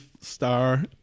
star